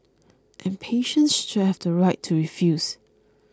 and patients should have the right to refuse